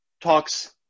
talks